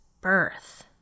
birth